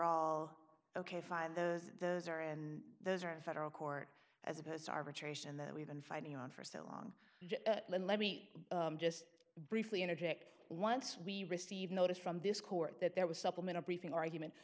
all ok fine the her and those are in federal court as opposed to arbitration that we've been fighting on for so long and let me just briefly interject once we received notice from this court that there was supplemental briefing argument